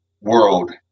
world